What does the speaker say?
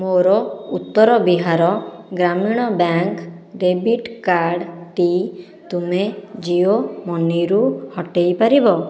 ମୋର Uttar Bihar Gramin bank debit କାର୍ଡ଼୍ଟି ତୁମେ ଜିଓ ମନିରୁ ହଟାଇପାରିବ